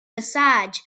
massage